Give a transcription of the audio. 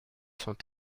sont